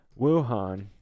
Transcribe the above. Wuhan